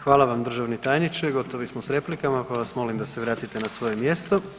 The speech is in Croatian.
Hvala vam državni tajniče, gotovi smo s replikama, pa vas molim da se vratite na svoje mjesto.